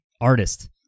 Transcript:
artist